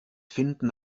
finden